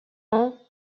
ans